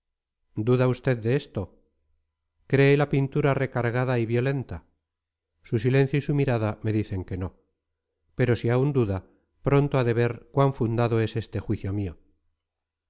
duda usted esto cree la pintura recargada y violenta su silencio y su mirada me dicen que no pero si aún duda pronto ha de ver cuán fundado es este juicio mío